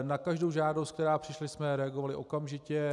Na každou žádost, která přišla, jsme reagovali okamžitě.